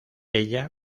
ella